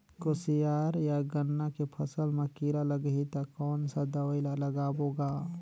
कोशियार या गन्ना के फसल मा कीरा लगही ता कौन सा दवाई ला लगाबो गा?